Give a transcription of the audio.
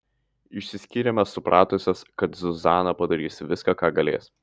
išsiskyrėme supratusios kad zuzana padarys viską ką galės